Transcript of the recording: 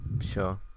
Sure